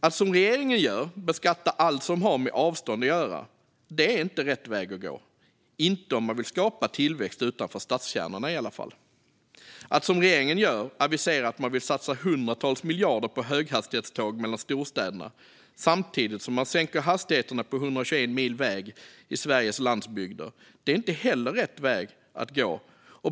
Det som regeringen gör, det vill säga att beskatta allt som har med avstånd att göra, är inte rätt väg att gå, i alla fall inte om man vill skapa tillväxt utanför stadskärnorna. Regeringen aviserar att man vill satsa hundratals miljarder på höghastighetståg mellan storstäderna samtidigt som man sänker hastigheterna på 121 mil väg på Sveriges landsbygd. Det är inte heller rätt väg att gå.